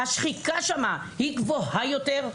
השחיקה שם היא גבוהה יותר.